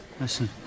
Listen